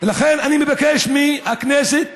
לכן אני מבקש מהכנסת